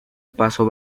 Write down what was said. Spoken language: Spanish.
paso